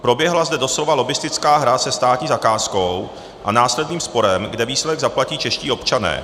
Proběhla zde doslova lobbistická hra se státní zakázkou a následným sporem, kde výsledek zaplatí čeští občané.